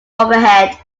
overhead